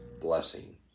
blessing